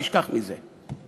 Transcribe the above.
תשכח מזה.